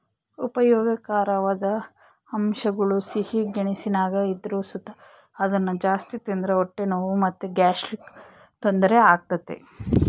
ಉಪಯೋಗಕಾರವಾದ ಅಂಶಗುಳು ಸಿಹಿ ಗೆಣಸಿನಾಗ ಇದ್ರು ಸುತ ಅದುನ್ನ ಜಾಸ್ತಿ ತಿಂದ್ರ ಹೊಟ್ಟೆ ನೋವು ಮತ್ತೆ ಗ್ಯಾಸ್ಟ್ರಿಕ್ ತೊಂದರೆ ಆಗ್ತತೆ